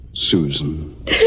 Susan